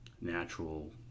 natural